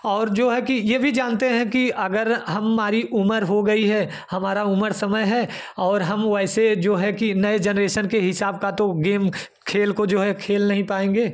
और जो है कि यह भी जानते हैं कि अगर हमारी उम्र हो गई है हमारा उम्र समय है और हम वैसे जो है कि नए जनरेशन के हिसाब का तो गेम खेल को जो है खेल नहीं पाएँगे